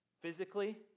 physically